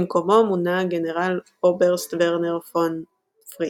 במקומו מונה גנרל אוברסט ורנר פון פריטש.